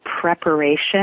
preparation